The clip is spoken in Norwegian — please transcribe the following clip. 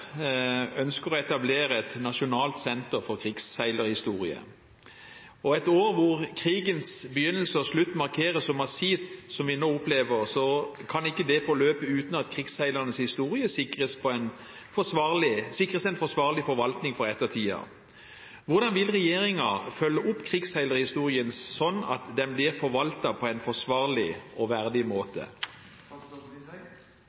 ønsker å etablere et nasjonalt senter for krigsseilerhistorie. Et år hvor krigens begynnelse og slutt markeres så massivt som vi nå opplever, kan ikke forløpe uten at krigsseilernes historie sikres en forsvarlig forvaltning for ettertiden. Hvordan vil regjeringen følge opp krigsseilerhistorien slik at denne blir forvaltet på en forsvarlig og verdig måte?»